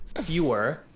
fewer